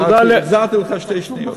תודה, החזרתי לך שתי שניות.